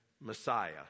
Messiah